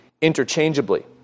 interchangeably